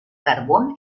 carbón